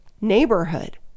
neighborhood